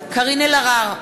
קארין אלהרר,